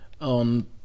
on